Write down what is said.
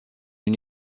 une